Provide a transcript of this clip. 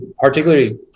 particularly